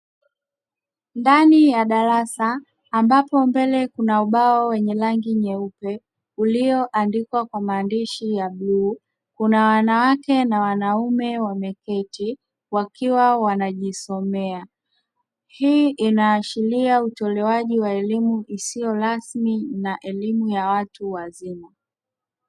Ndani ya darasa ambapo mbele kuna ubao wenye rangi nyeupe; ulioandikwa maandishi ya bluu, kuna wanawake na wanaume wameketi wakiwa wanajisomea. Hii inaashiria utolewaji wa elimu isiyo rasmi na elimu ya watu wazima.